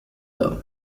them